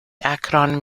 akron